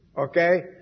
okay